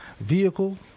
vehicle